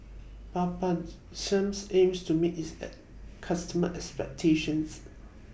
Peptamen seems aims to meet its An customers' expectations